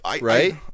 Right